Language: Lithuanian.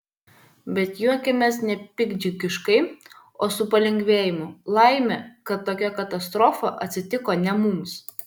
bet juokiamės ne piktdžiugiškai o su palengvėjimu laimė kad tokia katastrofa atsitiko ne mums